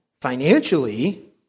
financially